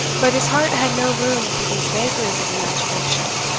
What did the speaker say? but his heart had no room for these vagaries of imagination.